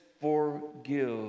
forgive